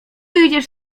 idziesz